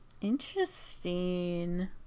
interesting